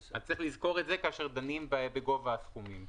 הם צריכים לקבל עכשיו חשבונית